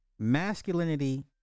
Masculinity